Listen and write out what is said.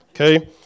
okay